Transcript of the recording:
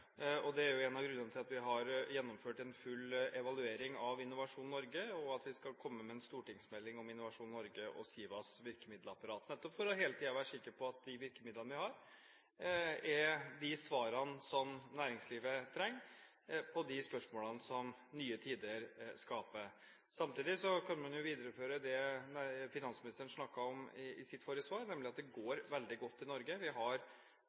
Det er en av grunnene til at vi har gjennomført en full evaluering av Innovasjon Norge, og at vi skal komme med en stortingsmelding om Innovasjon Norge og SIVAs virkemiddelapparat – nettopp for hele tiden å være sikker på at de virkemidlene vi har, er de svarene som næringslivet trenger på de spørsmålene som nye tider skaper. Samtidig kan man videreføre det finansministeren snakket om i sitt forrige svar – nemlig at det går veldig godt i Norge. Vi har